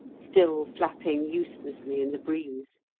still flapping uselessly in the breeze.